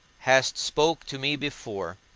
hast spoke to me before,